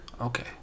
Okay